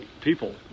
People